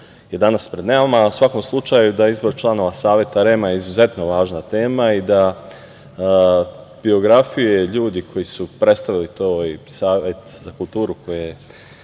je danas pred nama, a u svakom slučaju izbor članova Saveta REM-a je izuzetno važna tema i da biografije ljudi koji su predstavili to i Odbor za kulturu koji je